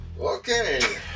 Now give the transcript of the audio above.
Okay